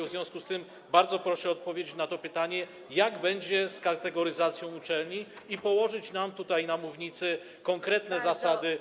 W związku z tym bardzo proszę odpowiedzieć na to pytanie, jak będzie z kategoryzacją uczelni, i położyć nam tutaj na mównicy konkretne zasady.